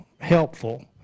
helpful